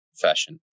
fashion